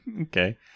Okay